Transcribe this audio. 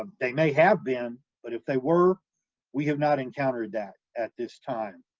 um they may have been, but if they were we have not encountered that at this time,